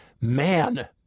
man